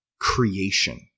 creation